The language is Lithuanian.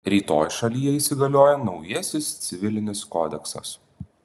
rytoj šalyje įsigalioja naujasis civilinis kodeksas